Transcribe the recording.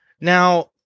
Now